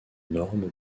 norme